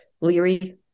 leery